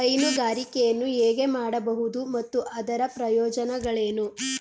ಹೈನುಗಾರಿಕೆಯನ್ನು ಹೇಗೆ ಮಾಡಬಹುದು ಮತ್ತು ಅದರ ಪ್ರಯೋಜನಗಳೇನು?